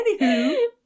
Anywho